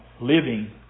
living